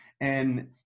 And-